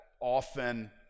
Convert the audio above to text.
often